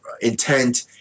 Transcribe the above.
intent